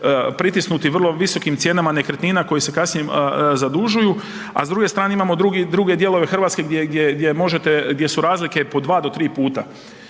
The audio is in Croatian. pritisnuti vrlo visokim cijenama nekretnina koji se kasnije zadužuju, a s druge strane imamo druge dijelove Hrvatske gdje su razlike po dva do tri puta.